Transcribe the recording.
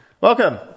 Welcome